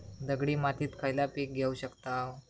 दगडी मातीत खयला पीक घेव शकताव?